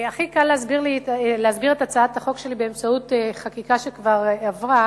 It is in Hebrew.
הכי קל להסביר את הצעת החוק שלי באמצעות חקיקה שכבר עברה